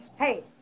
Hey